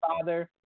father